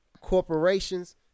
corporations